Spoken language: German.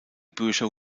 bücher